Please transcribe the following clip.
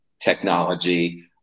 technology